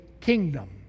kingdom